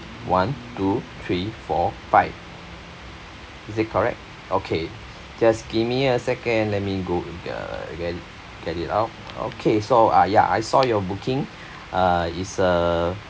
one two three four five is it correct okay just give me a second let me go in the get it get it out okay so uh ya I saw your booking uh it's uh